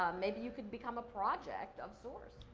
um maybe you could become a project of source.